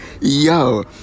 yo